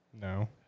No